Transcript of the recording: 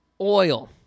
Oil